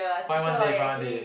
find one day find one day